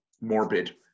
morbid